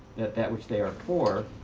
that that which they are for,